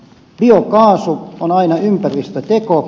biokaasu on aina ympäristöteko